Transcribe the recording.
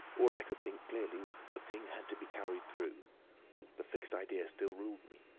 all i could think clearly was that the thing had to be carried through the fixed idea still ruled me.